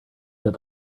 that